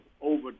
over